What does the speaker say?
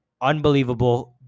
unbelievable